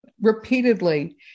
repeatedly